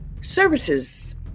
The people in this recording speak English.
services